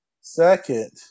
Second